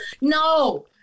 No